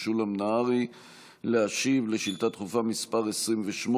משולם נהרי להשיב על שאילתה דחופה מס' 28,